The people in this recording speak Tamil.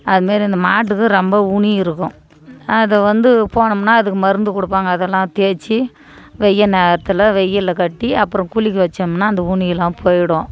அது மாதிரி அந்த மாட்டுக்கு ரொம்ப ஊனி இருக்கும் அது வந்து போனோம்னா அதுக்கு மருந்து கொடுப்பாங்க அதெல்லாம் தேய்ச்சி வெய்ய நேரத்தில் வெயிலில் கட்டி அப்புறம் குளிக்க வச்சோம்னா அந்த ஊனிலாம் போயிடும்